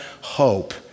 hope